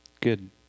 good